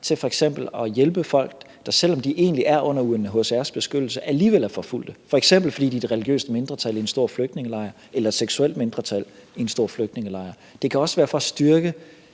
til f.eks. at hjælpe folk, der, selv om de egentlig er under UNHCR's beskyttelse, alligevel er forfulgte, f.eks. fordi de er et religiøst mindretal i en stor flygtningelejr eller et sexuelt mindretal i en stor flygtningelejr. Det kan også være for at styrke